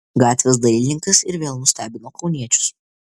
gatvės dailininkas ir vėl nustebino kauniečius